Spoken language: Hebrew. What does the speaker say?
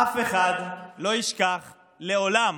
אף אחד לא ישכח לעולם